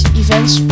events